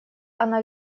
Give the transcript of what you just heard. она